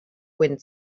wind